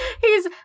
He's-